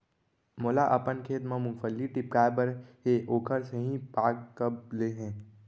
मोला अपन खेत म मूंगफली टिपकाय बर हे ओखर सही पाग कब ले हे?